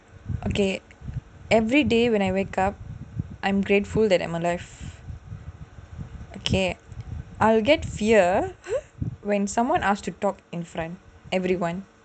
okay everyday when I wake up I'm grateful that I'm alive okay I'll get fear when someone asked to talk in front of everyone